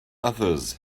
others